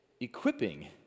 equipping